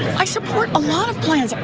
i support a lot of plans,